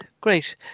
Great